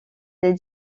les